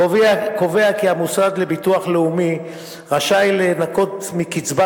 קובע כי המוסד לביטוח לאומי רשאי לנכות מקצבה